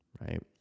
right